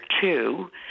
two